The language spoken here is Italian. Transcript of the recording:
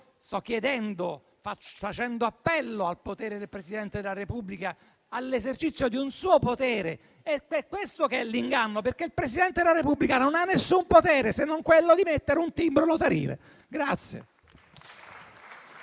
chiedere, facendo appello al potere del Presidente della Repubblica, di esercitare un suo potere. Qui sta l'inganno, perché il Presidente della Repubblica non ha nessun potere se non quello di mettere un timbro notarile.